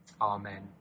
Amen